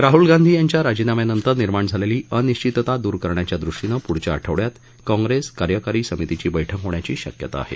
राहुल गांधी यांच्या राजीनाम्यानंतर निर्माण झालेली अनिश्वितता दूर करण्याच्या दृष्टीनं पुढच्या आठवडयात काँग्रेस कार्यकारी समितीची बैठक होण्याची शक्यता आहे